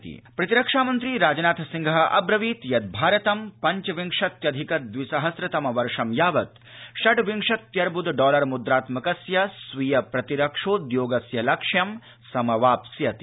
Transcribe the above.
राजनाथसिंह प्रतिरक्षा मन्त्री राजनाथ सिंह अव्रवीत् यद् भारतं पञ्च विंशत्यधिक द्विसहस्र तम वर्षं यावत् षड् विंशत्यर्वद डॉलर मुद्रात्मकस्य स्वीय प्रतिरक्षोद्योगस्य लक्ष्यं समवाप्स्यति